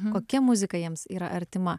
kokia muzika jiems yra artima